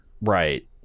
right